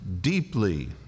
deeply